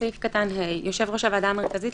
"(ה)יושב ראש הוועדה המרכזית,